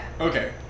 Okay